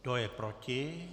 Kdo je proti?